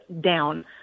down